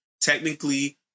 Technically